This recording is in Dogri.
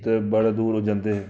ते बड़े दूर जंदे हे